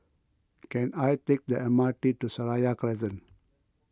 can I take the M R T to Seraya Crescent